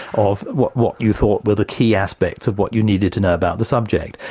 of what what you thought were the key aspects of what you needed to know about the subject,